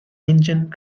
engine